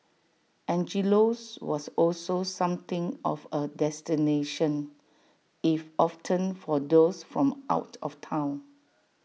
Angelo's was also something of A destination if often for those from out of Town